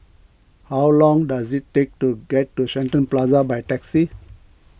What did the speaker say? how long does it take to get to Shenton Plaza by taxi